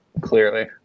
Clearly